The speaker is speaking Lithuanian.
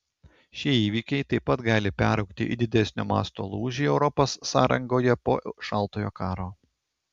šie įvykiai taip pat gali peraugti į didesnio masto lūžį europos sąrangoje po šaltojo karo